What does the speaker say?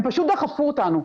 הם פשוט דחפו אותנו.